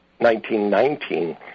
1919